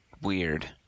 Weird